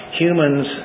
humans